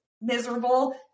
miserable